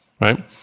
Right